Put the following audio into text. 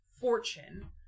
Fortune